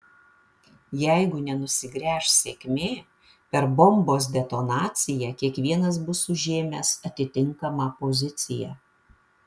jeigu nenusigręš sėkmė per bombos detonaciją kiekvienas bus užėmęs atitinkamą poziciją